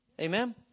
Amen